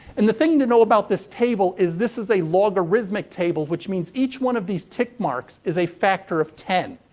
and, the thing to know about this table is this is a logarithmic table, which means each one of these tick marks is a factor of ten.